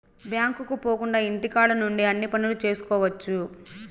బ్యాంకుకు పోకుండా ఇంటికాడ నుండి అన్ని పనులు చేసుకోవచ్చు